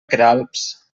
queralbs